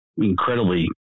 incredibly